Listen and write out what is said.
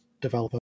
developer